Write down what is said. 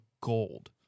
gold